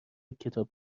کتاب